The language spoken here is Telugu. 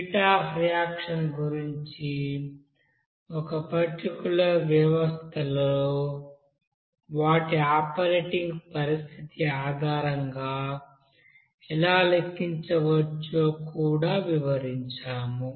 హీట్ అఫ్ రియాక్షన్ గురించి ఒక పర్టిక్యూలర్ వ్యవస్థలలో వాటి ఆపరేటింగ్ పరిస్థితి ఆధారంగా ఎలా లెక్కించవచ్చో కూడా వివరించాము